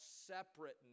separateness